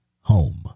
home